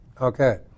Okay